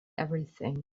everything